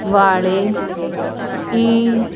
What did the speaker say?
ਵਾਲੇ ਈ